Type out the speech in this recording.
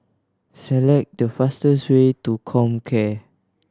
select the fastest way to Comcare